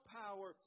power